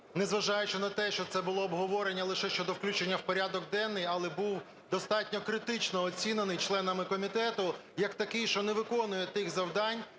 незважаючи на те, що це було обговорення лише щодо включення в порядок денний, але був достатньо критично оцінений членами комітету як такий, що не виконує тих завдань,